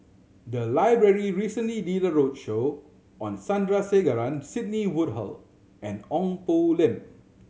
the library recently did a roadshow on Sandrasegaran Sidney Woodhull and Ong Poh Lim